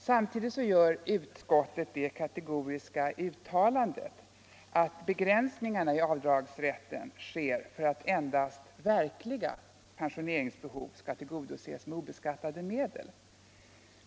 Samtidigt gör utskottet det kategoriska uttalandet att begränsningarna i avdragsrätten sker för att endast ”verkliga pensioneringsbehov” skall tillgodoses med obeskattade medel.